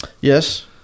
Yes